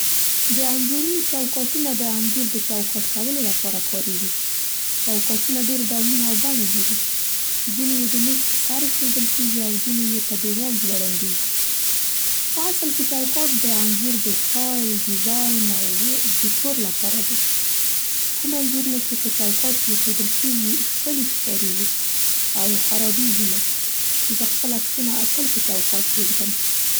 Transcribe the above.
د انځورونو چوکاټونه د انځور د چوکاټ کولو لپاره کارېږي. چوکاټونه ډېر ډولونه او بڼې لري، ځینې یې د مېز پر سر اېښودل کېږي او ځینې یې په دېوال ځوړندېږي. په اصل کې چوکاټ د انځور د ستایل، ډیزاین او دیکور لپاره دی. کوم انځورونه چې په چوکاټ کې اېښودل کېږي ښکلي ښکارېږي او خرابېږي نه. زه خپل عکسونه تل په چوکاټ کې ږدم.